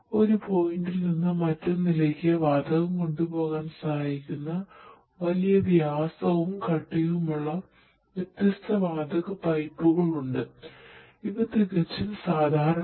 ഒരു പോയിന്റിൽ നിന്ന് മറ്റൊന്നിലേക്ക് വാതകം കൊണ്ടുപോകാൻ സഹായിക്കുന്ന വലിയ വ്യാസവും കട്ടിയുമുള്ള വ്യത്യസ്ത വാതക പൈപ്പുകൾ ഉണ്ട് ഇവ തികച്ചും സാധാരണമാണ്